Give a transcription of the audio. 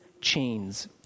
chains